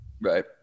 Right